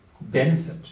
benefit